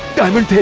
diamond,